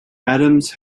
adams